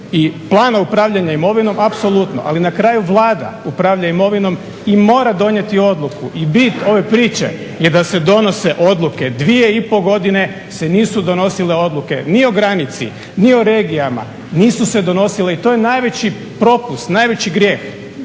i Plana upravljanja imovinom apsolutno. Ali na kraju Vlada upravlja imovinom i mora donijeti odluku i bit ove priče je da se donose odluke. Dvije i pol godine se nisu donosile odluke ni o granici, ni o regijama, nisu se donosile. I to je najveći propust, najveći grijeh